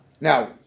Now